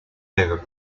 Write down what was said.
over